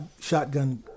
shotgun